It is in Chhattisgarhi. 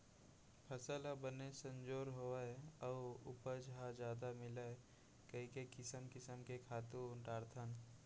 फसल ह बने संजोर होवय अउ उपज ह जादा मिलय कइके किसम किसम के खातू डारथन